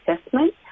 assessment